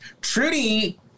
Trudy